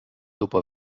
dopo